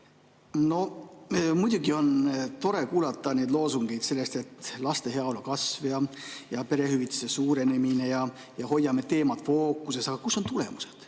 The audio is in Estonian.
No muidugi on tore kuulata loosungeid sellest, et laste heaolu kasv ja perehüvitise suurenemine ja hoiame teemat fookuses. Aga kus on tulemused?